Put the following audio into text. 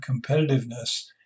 competitiveness